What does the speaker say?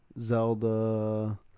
Zelda